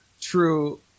true